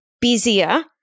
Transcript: busier